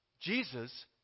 Jesus